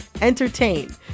entertain